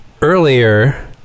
earlier